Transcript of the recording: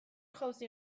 jauzi